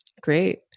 Great